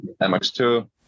MX2